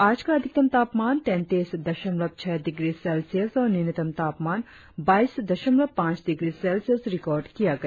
आज का अधिकतम तापमान तैतीस दशमलव छह डिग्री सेल्सियस और न्यूनतम तापमान बाइस दशमलव पाच डिग्री सेल्सियस रिकार्ड किया गया